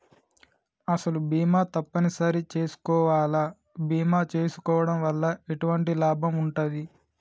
అసలు బీమా తప్పని సరి చేసుకోవాలా? బీమా చేసుకోవడం వల్ల ఎటువంటి లాభం ఉంటది?